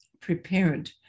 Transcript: prepared